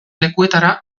lekuetara